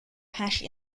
hash